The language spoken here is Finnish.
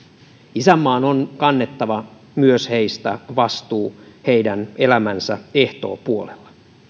isänmaan on kannettava myös heistä vastuu heidän elämänsä ehtoopuolella